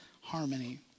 harmony